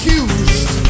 Accused